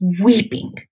weeping